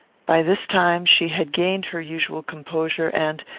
by this time, she had gained her usual composure, and,